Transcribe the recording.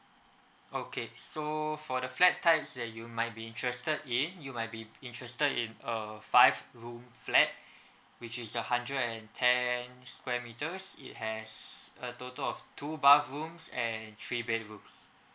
okay so for the flat types that you might be interested in you might be interested in a five room flat which is a hundred and ten square metres it has a total of two bathrooms and three bedrooms